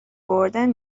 گردن